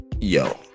Yo